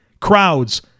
crowds